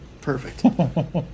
Perfect